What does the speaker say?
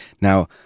Now